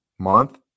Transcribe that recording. month